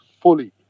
fully